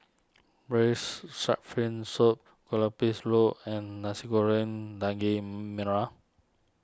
Braised Shark Fin Soup Kuih Lopes road and Nasi Goreng Daging Merah